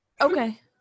Okay